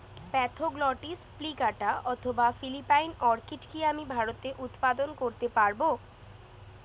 Spathoglottis plicata অথবা Philippine orchid কি আমি ভারতে উৎপাদন করতে পারবো?